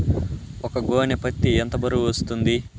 ఒక గోనె పత్తి ఎంత బరువు వస్తుంది?